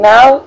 Now